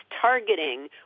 targeting